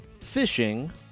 Fishing